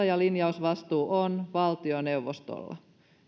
ja linjausvastuu on valtioneuvostolla